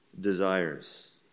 desires